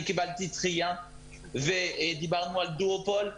דיברנו על דואופול.